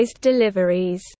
deliveries